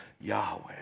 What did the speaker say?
Yahweh